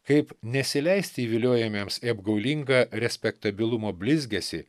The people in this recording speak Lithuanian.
kaip nesileisti įviliojamiems į apgaulingą respektabilumo blizgesį